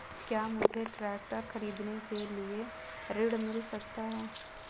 क्या मुझे ट्रैक्टर खरीदने के लिए ऋण मिल सकता है?